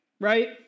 right